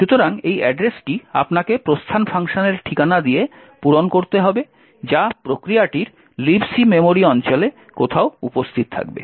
সুতরাং এই অ্যাড্রেসটি আপনাকে প্রস্থান ফাংশনের ঠিকানা দিয়ে পূরণ করতে হবে যা প্রক্রিয়াটির Libc মেমরি অঞ্চলে কোথাও উপস্থিত থাকবে